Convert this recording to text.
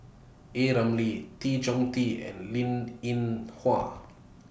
A Ramli Tan Choh Tee and Linn in Hua